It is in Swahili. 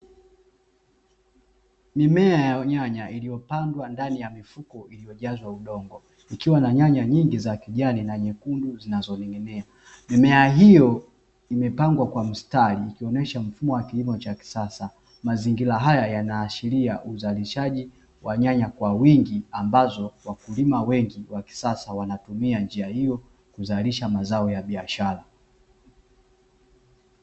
Mimea ya nyanya iliyopandwa ndani ya mifuko iliyojazwa udongo ikiwa na nyanya nyingi za kijani na nyekundu zinzoning’inia. Mimea hio imepangwa kwa mstari ikionyesha mfumo wa kilimo cha kisasa. Mazingira haya yanaashiria uzalishaji wa nyanya kwa wingi ambazo wakulima wengi wa kisasa wanatumia njia hio kuzalisha mazao ya biashara.